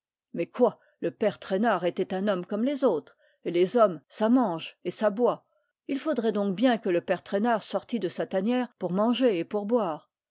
mais quoi le père traînard était un homme comme les autres et les hommes ça mange et ça boit il faudrait donc bien que le père traînard sortît de sa tanière pour manger et pour boire